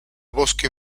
bosque